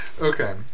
okay